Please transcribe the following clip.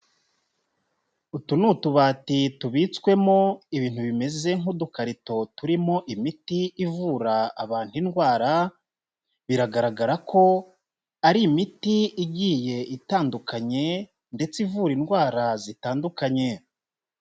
Utu ni utubati tubitswemo ibintu bimeze nk'udukarito turimo imiti ivura abantu indwara, biragaragara ko ari imiti igiye itandukanye ndetse ivura indwara zitandukanye